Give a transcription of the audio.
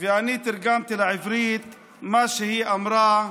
ואני תרגמתי לעברית מה שהיא אמרה,